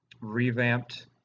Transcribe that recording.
revamped